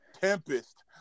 tempest